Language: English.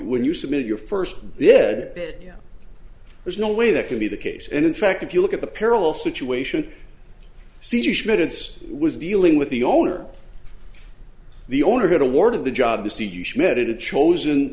when you submit your first bid that there's no way that can be the case and in fact if you look at the parallel situation see schmitz was dealing with the owner the owner had awarded the job to see you schmidt in chosen